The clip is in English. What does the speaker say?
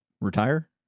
Retire